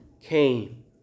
came